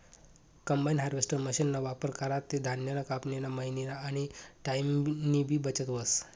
combine harvester मशीनना वापर करा ते धान्यनी कापनी, मयनी आनी टाईमनीबी बचत व्हस